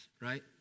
right